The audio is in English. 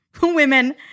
women